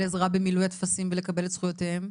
עזרה במילוי הטפסים ולקבל את זכויותיהם?